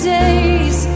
days